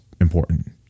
important